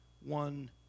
one